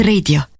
Radio